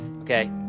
Okay